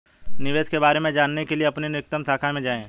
निवेश के बारे में जानने के लिए अपनी निकटतम शाखा में जाएं